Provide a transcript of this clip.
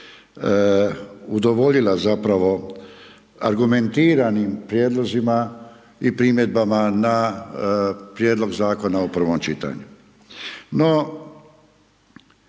udovoljila zapravo argumentiranim prijedlozima i primjedbama na prijedlog zakona u prvom čitanju.